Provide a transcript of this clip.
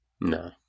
No